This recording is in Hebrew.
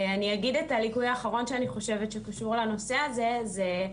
אני אגיד את הליקוי האחרון שאני חושבת שקשור לנושא הזה זה,